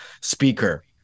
speaker